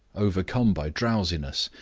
overcome by drowsiness,